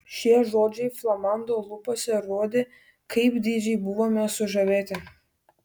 šie žodžiai flamando lūpose rodė kaip didžiai buvome sužavėti